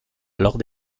lors